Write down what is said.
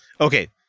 Okay